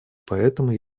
поэтому